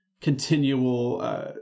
continual